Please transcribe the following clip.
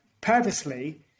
purposely